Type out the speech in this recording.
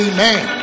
Amen